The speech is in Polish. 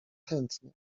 chętnie